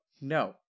No